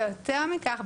ויותר מכך,